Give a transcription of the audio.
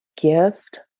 gift